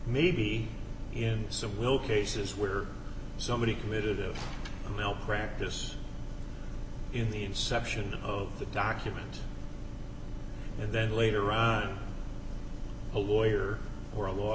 maybe in so will cases where somebody committed a real practice in the inception of the document and then later on a lawyer or a law